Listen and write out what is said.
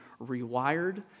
rewired